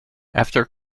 after